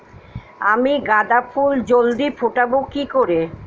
আমি গাঁদা ফুল জলদি ফোটাবো কি করে?